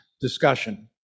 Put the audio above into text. discussion